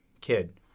kid